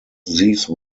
these